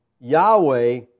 Yahweh